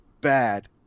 bad